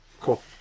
cool